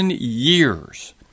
years